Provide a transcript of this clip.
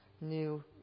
new